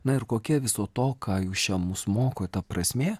na ir kokia viso to ką jūs čia mus mokote prasmė